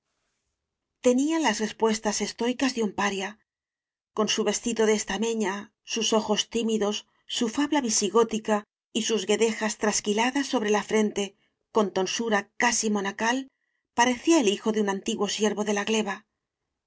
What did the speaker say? las respuestas estoicas de un paria con su vestido de estameña sus ojos tímidos su fabla visigótica y sus guedejas trasquiladas sobre la frente con tonsura casi monacal pa recía el hijo de un antiguo siervo de la gleba